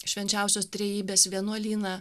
švenčiausios trejybės vienuolyną